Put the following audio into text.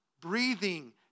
breathing